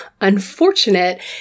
unfortunate